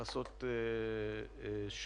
הנושא הראשון: הפעלת הגנים הפרטיים